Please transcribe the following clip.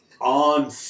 on